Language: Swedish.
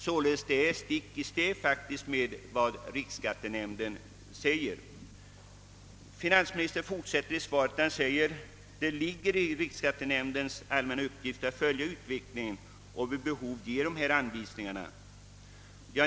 Detta går således stick i stäv mot vad riksskattenämnden säger. Finansministern anför vidare i svaret: »Det ligger i riksskattenämndens allmänna uppgifter att följa utvecklingen och vid behov ge anvisningar.